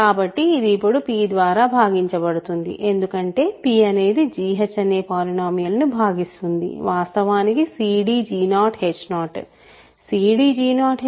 కాబట్టి ఇది ఇప్పుడు p ద్వారా భాగించబడుతుంది ఎందుకంటే p అనేది gh అనే పాలినోమియల్ ను భాగిస్తుంది వాస్తవానికి ఇది cdg0h0